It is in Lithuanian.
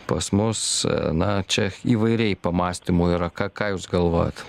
pas mus na čia įvairiai pamąstymų yra ką ką jūs galvojat